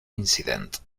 incident